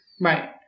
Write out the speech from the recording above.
Right